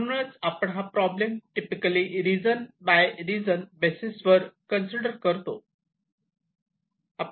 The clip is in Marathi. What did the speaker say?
म्हणूनच आपण हा problem typically region by region बेसिसवर कन्सिडर करतो